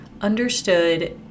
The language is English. understood